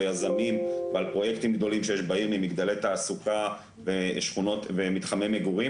על יזמים ועל פרויקטים גדולים שיש בעיר ממגדלי תעסוקה ומתחמי מגורים,